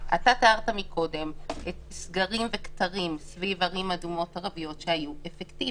תיארת מקודם כתרים שהוצבו סביב ערים ערביות והיו אפקטיביים.